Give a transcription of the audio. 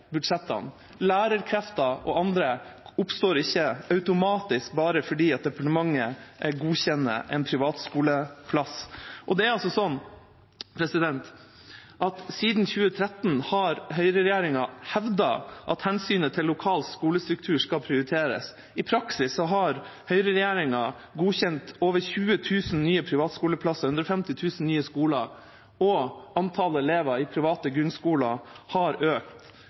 budsjettene. Lærerkrefter og andre oppstår ikke automatisk bare fordi departementet har godkjent en privatskoleplass. Siden 2013 har høyreregjeringa hevdet at hensynet til lokal skolestruktur skal prioriteres. I praksis har høyreregjeringa godkjent over 20 000 nye privatskoleplasser, 150 nye skoler, og antall elever i private grunnskoler har økt